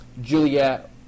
Juliet